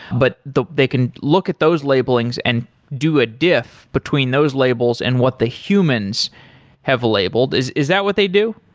but the they can look at those labelings and do a diff between those labels and what the humans have labeled. is is that what they do?